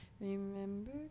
Remember